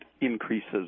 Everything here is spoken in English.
increases